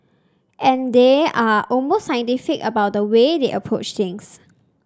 and they are almost scientific about the way they approach things